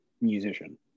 musician